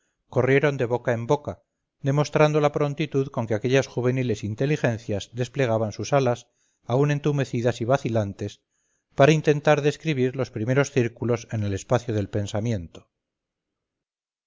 corrieron de boca en boca demostrando la prontitud con queaquellas juveniles inteligencias desplegaban sus alas aún entumecidas y vacilantes para intentar describir los primeros círculos en el espacio del pensamiento